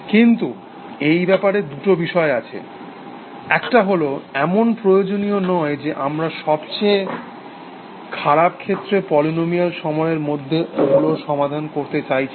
কিন্তু এই ব্যাপারে দুটো বিষয় আছে একটা হল এমন প্রয়োজনীয় নয় যে আমরা সবচেয়ে খারাপ ক্ষেত্রে পলিনোমিয়াল সময়ের মধ্যে ওগুলোর সমাধান করতে চাইছি